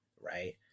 right